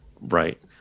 Right